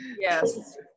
yes